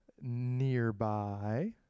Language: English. Nearby